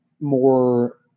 more